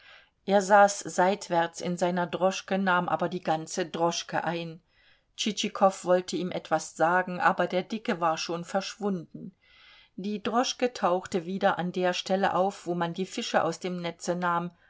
er saß seitwärts in seiner droschke nahm aber die ganze droschke ein tschitschikow wollte ihm etwas sagen aber der dicke war schon verschwunden die droschke tauchte wieder an der stelle auf wo man die fische aus dem netze nahm